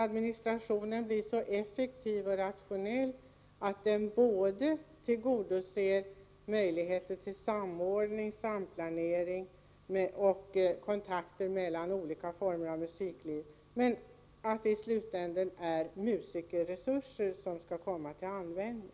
Administrationen måste vidare bli så effektiv och rationell att den skapar möjligheter till samordning, samplanering och kontakter mellan olika former av musikliv, men i slutändan handlar det om att musikerresurserna skall komma till användning.